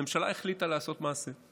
ממשלה החליטה לעשות מעשה,